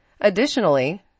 Additionally